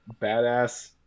badass